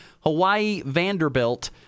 Hawaii-Vanderbilt